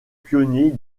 pionniers